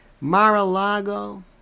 Mar-a-Lago